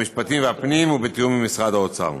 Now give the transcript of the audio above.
המשפטים והפנים ולתיאום עם משרד האוצר.